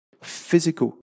physical